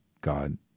God